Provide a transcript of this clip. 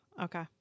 Okay